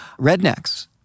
Rednecks